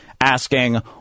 asking